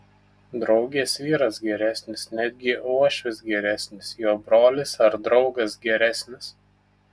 draugės vyras geresnis netgi uošvis geresnis jo brolis ar draugas geresnis